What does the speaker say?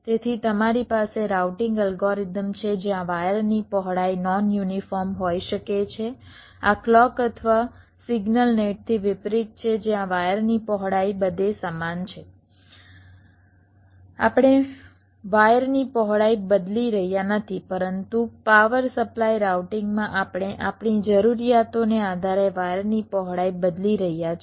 તેથી તમારી પાસે રાઉટિંગ એલ્ગોરિધમ છે જ્યાં વાયરની પહોળાઈ નોન યુનિફોર્મ હોઈ શકે છે આ ક્લૉક અથવા સિગ્નલ નેટથી વિપરીત છે જ્યાં વાયરની પહોળાઈ બધે સમાન છે આપણે વાયરની પહોળાઈ બદલી રહ્યા નથી પરંતુ પાવર સપ્લાય રાઉટિંગમાં આપણે આપણી જરૂરિયાતોને આધારે વાયરની પહોળાઈ બદલી રહ્યા છીએ